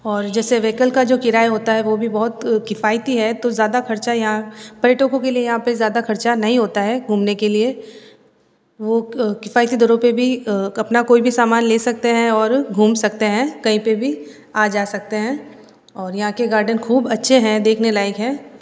और जैसे वेहिकल का जो किराया होता है वो भी बहुत किफ़ायती है तो ज़्यादा खर्चा यहाँ पर्यटकों के लिए यहाँ पे ज़्यादा खर्चा नहीं होता है घूमने के लिए वो किफ़ायती दरों पे भी अपना कोई भी सामान ले सकते हैं और घूम सकते हैं कहीं पे भी आ जा सकते हैं और यहाँ के गार्डन खूब अच्छे हैं देखने लायक हैं